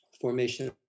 formation